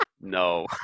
No